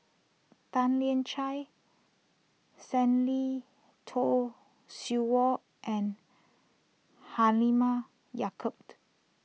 Tan Lian Chye Stanley Toft Stewart and Halimah Yacob